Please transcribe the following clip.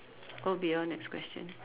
go beyond next question